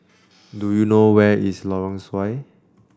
do you know where is Lorong Sesuai